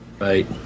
Right